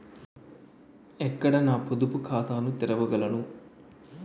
ఎక్కడ నా పొదుపు ఖాతాను తెరవగలను?